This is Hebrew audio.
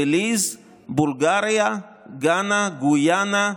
בליז, בולגריה, גאנה, גויאנה,